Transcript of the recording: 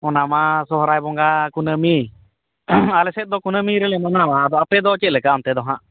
ᱚᱱᱟᱢᱟ ᱥᱚᱦᱚᱨᱟᱭ ᱵᱚᱸᱜᱟ ᱠᱩᱱᱟᱹᱢᱤ ᱟᱞᱮᱥᱮᱫ ᱫᱚ ᱠᱩᱱᱟᱹᱢᱤ ᱨᱮᱞᱮ ᱢᱟᱱᱟᱣᱟ ᱟᱫᱚ ᱟᱯᱮᱫᱚ ᱪᱮᱫᱞᱮᱠᱟ ᱚᱱᱛᱮᱫᱚ ᱱᱟᱦᱟᱜ